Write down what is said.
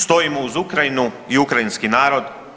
Stojimo uz Ukrajinu i ukrajinski narod.